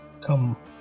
come